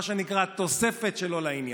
מה שנקרא "תוספת שלא לעניין".